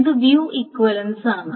ഇത് view equivalence ആണ്